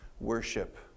Worship